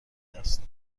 است